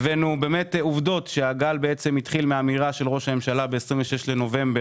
אין לי הרבה מה להוסיף.